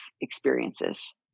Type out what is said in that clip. experiences